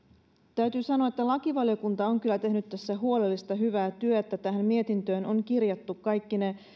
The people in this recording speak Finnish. täytyy sanoa että lakivaliokunta on kyllä tehnyt tässä huolellista hyvää työtä tähän mietintöön on kirjattu kaikki ne